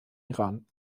iran